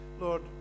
Lord